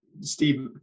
steve